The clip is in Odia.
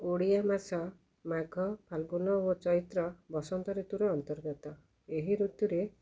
ଓଡ଼ିଆ ମାସ ମାଘ ଫାଲ୍ଗୁନ ଓ ଚୈତ୍ର ବସନ୍ତ ଋତୁର ଅନ୍ତର୍ଗତ ଏହି ଋତୁରେ